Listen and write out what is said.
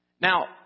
Now